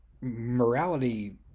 morality